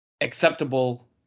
acceptable